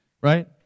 Right